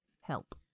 help